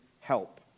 help